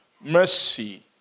mercy